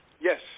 Yes